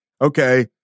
Okay